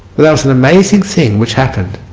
that was an amazing thing which happened